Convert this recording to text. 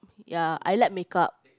ya I like makeup